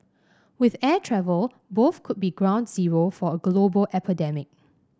with air travel both could be ground zero for a global epidemic